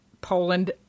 poland